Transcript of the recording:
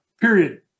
period